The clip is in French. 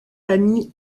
familles